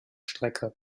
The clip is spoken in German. strecke